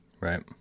Right